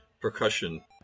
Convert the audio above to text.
percussion